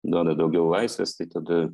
duoda daugiau laisvės tai tada